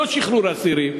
לא שחרור אסירים,